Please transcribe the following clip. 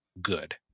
good